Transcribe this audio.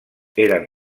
eren